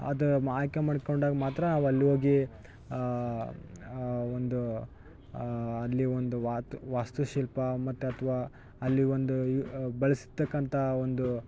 ಅದು ಆಯ್ಕೆ ಮಾಡಿಕೊಂಡಾಗ ಮಾತ್ರ ನಾವು ಅಲ್ಹೋಗಿ ಒಂದು ಅಲ್ಲಿ ಒಂದು ವಾತ್ ವಾಸ್ತು ಶಿಲ್ಪ ಮತ್ತು ಅಥ್ವ ಅಲ್ಲಿ ಒಂದು ಬಳಸ್ತಕ್ಕಂಥ ಒಂದು